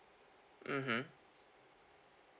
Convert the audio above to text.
mmhmm